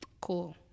Cool